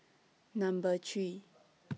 Number three